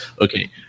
Okay